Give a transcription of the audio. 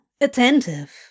attentive